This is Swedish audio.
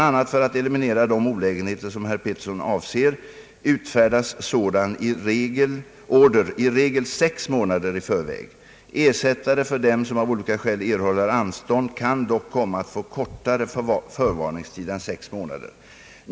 a. för att eliminera de olägenheter som herr Pettersson avser, utfärdas sådan order i regel sex månader i förväg. Ersättare för dem som av olika skäl erhåller anstånd kan dock komma att få kortare förvarningstid än sex månader.